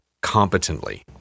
competently